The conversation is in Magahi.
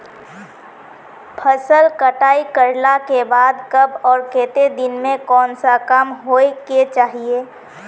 फसल कटाई करला के बाद कब आर केते दिन में कोन सा काम होय के चाहिए?